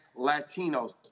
Latinos